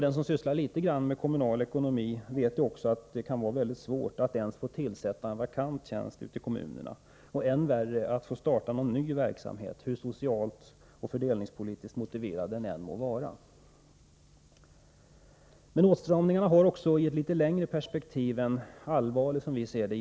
Den som sysslar något med kommunal ekonomi vet att det kan vara svårt att ens få tillsätta en vakant tjänst ute i kommunerna, än värre att få starta någon ny verksamhet, hur socialt och fördelningspolitiskt motiverad den än är. Men i ett längre perspektiv har åtstramningarna som vi ser det också en allvarlig ideologisk sida.